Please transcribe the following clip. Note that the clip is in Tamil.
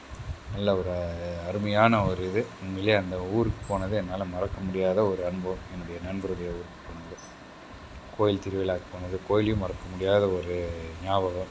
நல்ல ஒரு அருமையான ஒரு இது உண்மையிலேயே அந்த ஊருக்கு போனது என்னால் மறக்க முடியாத ஒரு அனுபவம் என்னுடைய நண்பருடைய ஊருக்கு போனது கோவில் திருவிழாக்கு போனது கோவிலியும் மறக்க முடியாத ஒரு ஞாபகம்